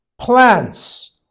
plants